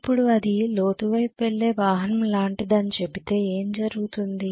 ఇప్పుడు అది లోతువైపు వెళ్లే వాహనం లాంటిదని చెబితే ఏమి జరుగుతుంది